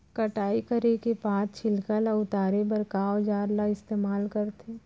कटाई करे के बाद छिलका ल उतारे बर का औजार ल इस्तेमाल करथे?